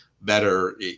better